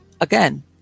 again